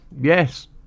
Yes